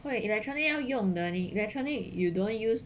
what electronic 要用的 electronic you don't use